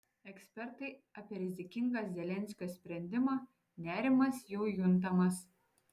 ekspertai apie rizikingą zelenskio sprendimą nerimas jau juntamas